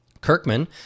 Kirkman